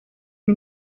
iyi